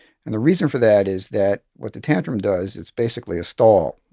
and the reason for that is that what the tantrum does is basically a stall.